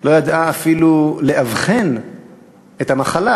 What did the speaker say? לא ידעה אפילו לאבחן את המחלה.